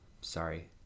sorry